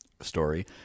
story